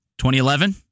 2011